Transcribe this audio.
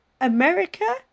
America